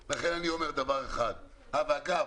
אגב,